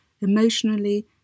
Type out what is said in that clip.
emotionally